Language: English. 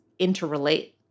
interrelate